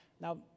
now